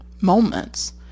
moments